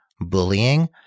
bullying